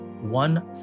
one